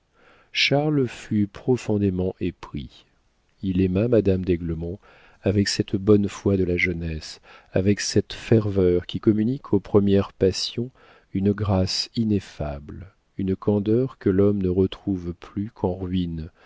charles fut profondément épris il aima madame d'aiglemont avec cette bonne foi de la jeunesse avec cette ferveur qui communique aux premières passions une grâce ineffable une candeur que l'homme ne retrouve plus qu'en ruines